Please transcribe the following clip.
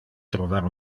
trovar